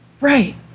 Right